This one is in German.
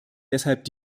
deshalb